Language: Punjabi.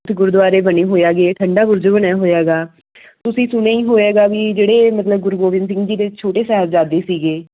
ਉੱਥੇ ਗੁਰਦੁਆਰੇ ਬਣੇ ਹੋਏ ਹੈਗੇ ਆ ਠੰਡਾ ਬੁਰਜ ਬਣਿਆ ਹੋਇਆ ਗਾ ਤੁਸੀਂ ਸੁਣਿਆ ਹੀ ਹੋਵੇਗਾ ਵੀ ਜਿਹੜੇ ਮਤਲਬ ਗੁਰੂ ਗੋਬਿੰਦ ਸਿੰਘ ਜੀ ਦੇ ਛੋਟੇ ਸਾਹਿਬਜ਼ਾਦੇ ਸੀਗੇ